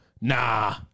Nah